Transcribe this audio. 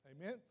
Amen